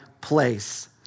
place